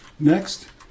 Next